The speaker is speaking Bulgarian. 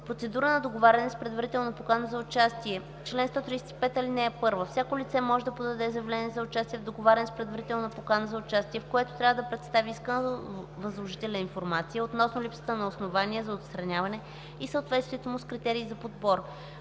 „Процедура на договаряне с предварителна покана за участие Чл. 135. (1) Всяко лице може да подаде заявление за участие в договаряне с предварителна покана за участие, в което трябва да представи исканата от възложителя информация относно липсата на основания за отстраняване и съответствието му с критериите за подбор.